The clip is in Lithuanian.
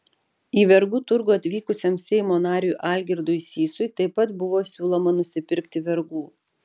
į vergų turgų atvykusiam seimo nariui algirdui sysui taip pat buvo siūloma nusipirkti vergų